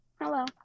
Hello